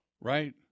Right